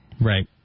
Right